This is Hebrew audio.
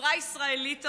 החברה הישראלית תרוויח,